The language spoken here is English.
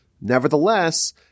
nevertheless